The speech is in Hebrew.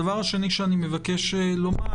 הדבר השני שאני מבקש לומר.